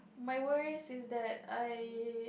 my worries is that I